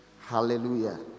Hallelujah